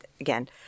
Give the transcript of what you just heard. again